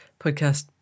podcast